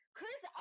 Chris